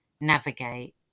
navigate